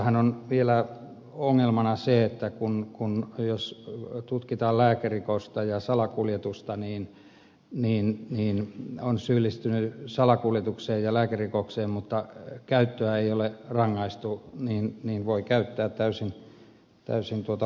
tässähän on vielä ongelmana se että jos tutkitaan lääkerikosta ja salakuljetusta on syyllistynyt salakuljetukseen ja lääkerikokseen mutta kun käyttöä ei ole rangaistu niin voi käyttää täysin luvallisesti